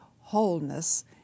wholeness